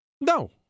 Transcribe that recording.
No